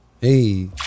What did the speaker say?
Hey